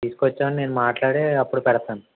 తీసుకొచ్చాక నేను మాట్లాడి అప్పుడు పెడతాను